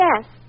Yes